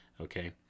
okay